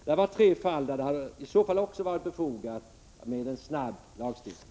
Det är tre fall där det också varit befogat med en snabb lagstiftning.